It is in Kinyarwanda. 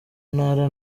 ntara